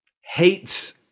hates